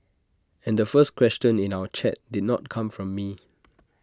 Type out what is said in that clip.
and the first question in our chat did not come from me